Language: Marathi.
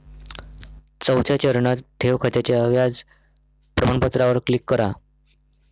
चौथ्या चरणात, ठेव खात्याच्या व्याज प्रमाणपत्रावर क्लिक करा